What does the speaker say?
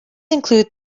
include